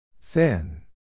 Thin